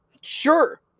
Sure